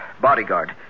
Bodyguard